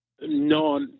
No